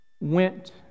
went